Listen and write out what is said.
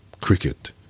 cricket